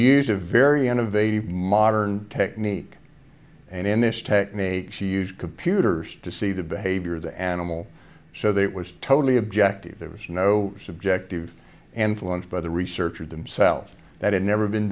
used a very innovative modern technique and in this technique she used computers to see the behavior of the animal so that it was totally objective there was no subjective and fluent by the researcher themselves that had never been